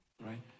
right